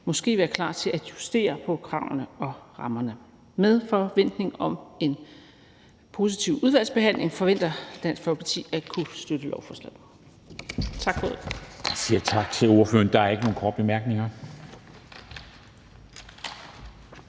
måske være klar til at justere på kravene og rammerne. Med forventning om en positiv udvalgsbehandling forventer Dansk Folkeparti at kunne støtte lovforslaget.